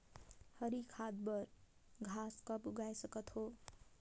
हरी खाद बर घास कब उगाय सकत हो?